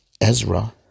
Ezra